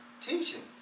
teaching